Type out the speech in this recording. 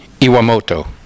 Iwamoto